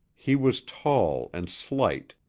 he was tall and slight,